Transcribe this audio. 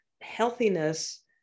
healthiness